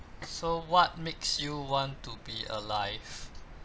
so what makes you want to be alive